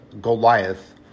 Goliath